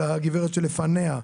אלה הגברת שלפניו,